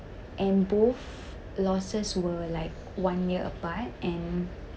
and both losses were like one year apart and